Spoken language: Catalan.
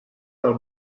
del